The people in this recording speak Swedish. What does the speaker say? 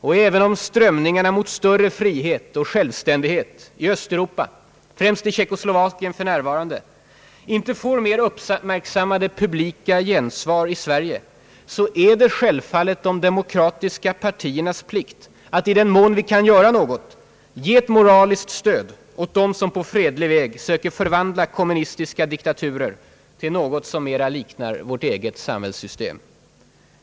Och även om strömningarna mot större frihet och självständighet i Östeuropa, främst i Tjeckoslovakien, för närvarande inte får mer uppmärksammade publika gensvar i Sverige är det självfallet de demokratiska partiernas plikt att, i den mån vi kan göra något, ge ett moraliskt stöd åt dem som på fredlig väg söker förvandla kommunistiska diktaturer till något som mera liknar vårt eget samhällssystem.